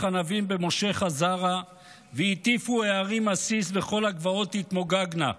ענבים במשך הזרע והטיפו ההרים עסיס וכל הגבעות תתמוגגנה.